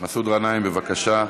מסעוד גנאים, בבקשה.